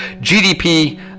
GDP